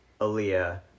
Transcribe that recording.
Aaliyah